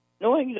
No